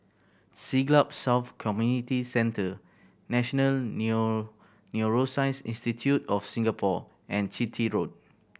Siglap South Community Centre National New Neuroscience Institute of Singapore and Chitty Road